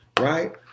right